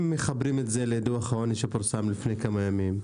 מחברים את זה לדוח העוני שפורסם לפני כמה ימים,